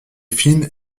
fine